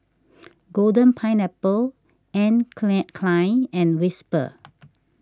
Golden Pineapple Anne Klein and Whisper